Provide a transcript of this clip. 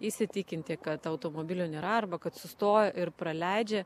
įsitikinti kad automobilio nėra arba kad sustojo ir praleidžia